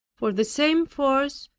for the same force,